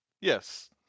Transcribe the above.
Yes